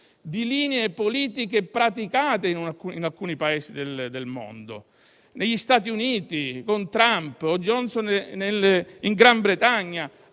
di linee politiche praticate in alcuni Paesi del mondo - che negli Stati Uniti con Trump, o in Gran Bretagna